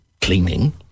Cleaning